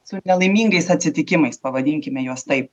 su nelaimingais atsitikimais pavadinkime juos taip